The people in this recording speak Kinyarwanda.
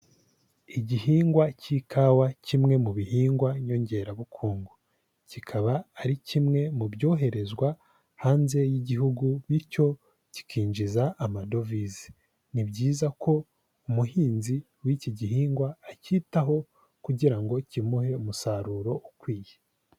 Igihingwa cy'ikawa kimwe mu bihingwa nyongerabukungu, kikaba ari kimwe mu byoherezwa hanze y'igihugu bityo kikinjiza amadovize, ni byiza ko umuhinzi w'iki gihingwa akitaho kugira ngo kimuhe umusaruro ukwiye.